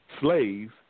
slaves